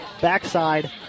backside